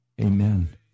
Amen